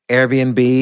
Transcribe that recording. Airbnb